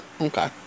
okay